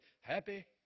happy